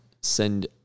send